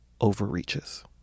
overreaches